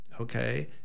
Okay